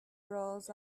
roles